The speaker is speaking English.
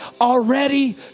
already